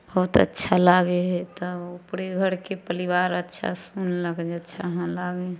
बहुत अच्छा लागै हइ तब ऊपरे घरके परिवार अच्छा सुनलक जे अच्छा हँ लागै हइ